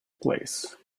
place